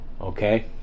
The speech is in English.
Okay